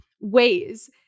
ways